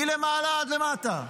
מלמעלה עד למטה,